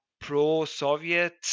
pro-soviet